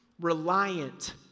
reliant